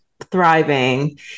thriving